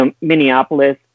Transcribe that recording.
Minneapolis